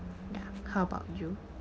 ya how about you